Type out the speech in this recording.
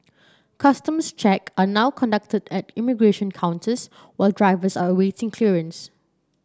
customs check are now conducted at immigration counters while drivers are awaiting clearance